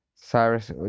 Cyrus